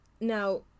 Now